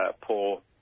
poor